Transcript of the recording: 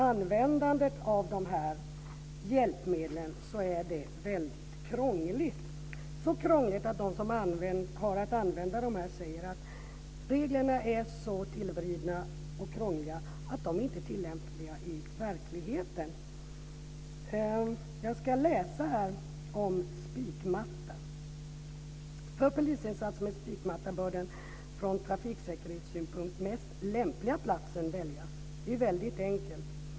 Användandet av dessa hjälpmedel är väldigt krångligt, så krångligt att de som har att använda dem säger att reglerna är så tillvridna att de inte är tillämpliga i verkligheten. Jag ska läsa om spikmatta: För polisinsatser med spikmatta bör den från trafiksäkerhetssynpunkt mest lämpliga platsen väljas. Det är väldigt enkelt.